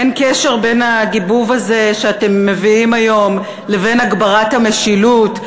אין קשר בין הגיבוב הזה שאתם מביאים היום לבין הגברת המשילות.